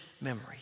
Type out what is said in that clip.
memory